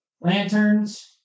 Lanterns